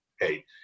hey